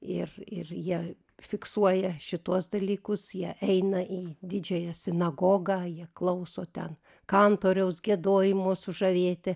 ir ir jie fiksuoja šituos dalykus jie eina į didžiąją sinagogą jie klauso ten kantoriaus giedojimo sužavėti